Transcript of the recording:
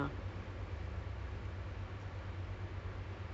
so we will take in that project and then we will work on it lah